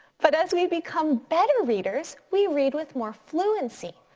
but as we become better readers we read with more fluency.